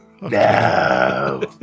No